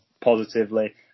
positively